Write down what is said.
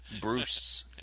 Bruce